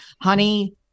Honey